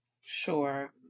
Sure